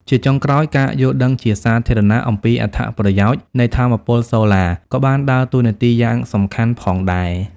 ជាចុងក្រោយ ការយល់ដឹងជាសាធារណៈ អំពីអត្ថប្រយោជន៍នៃថាមពលសូឡាក៏បានដើរតួនាទីយ៉ាងសំខាន់ផងដែរ។